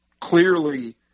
clearly